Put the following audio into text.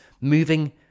moving